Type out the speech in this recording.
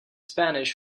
spanish